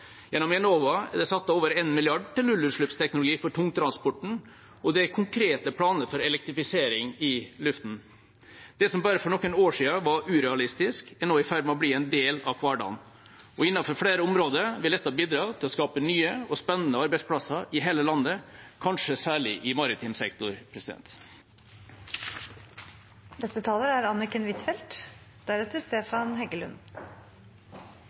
Gjennom Enova er det satt av over 1 mrd. kr til nullutslippsteknologi for tungtransporten, og det er konkrete planer for elektrifisering i lufta. Det som bare for noen år siden var urealistisk, er nå i ferd med å bli en del av hverdagen. Innenfor flere områder vil dette bidra til å skape nye og spennende arbeidsplasser i hele landet – kanskje særlig i maritim sektor. Det er